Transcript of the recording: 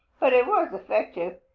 but it was effective.